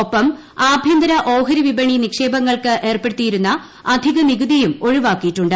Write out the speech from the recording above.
ഒപ്പം ആഭ്യന്തര ഓഹരി വിപണി നിക്ഷേപങ്ങൾക്ക് ഏർപ്പെടുത്തിയിരുന്ന അധിക നികുതിയും ഒഴിവാക്കിയിട്ടുണ്ട്